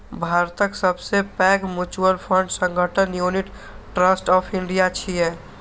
भारतक सबसं पैघ म्यूचुअल फंड संगठन यूनिट ट्रस्ट ऑफ इंडिया छियै